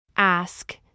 ask